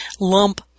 lump